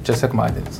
čia sekmadienis